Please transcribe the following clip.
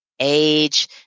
Age